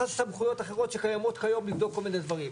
סמכויות אחריות כיום לבדוק כל מיני דברים,